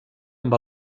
amb